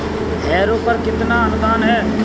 Harrow पर कितना अनुदान है?